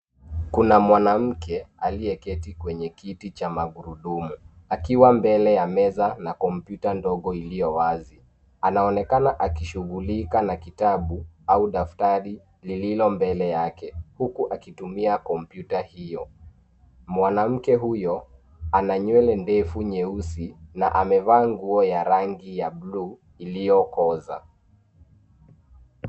Kuna mwanamke aliyeketi kwenye kiti cha magurudumu akiwa mbele ya meza na kompyuta ndogo iliyo wazi. Anaonekana akishughulika na kitabu au daftari lililo mbele yake huku akitumia kompyuta hio. Mwanamke huyo, ana nywele ndefu nyeusi na amevaa nguo ya rangi ya buluu iliyokoza.